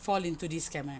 fall into this scam kan